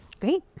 Great